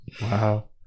Wow